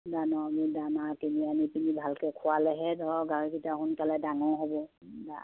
দানা আমি দানা কিনি আনি পিনি ভালকৈ খোৱালেহে ধৰক গাহৰিকেইটা সোনকালে ডাঙৰ হ'ব